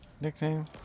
Nickname